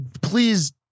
please